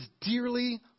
dearly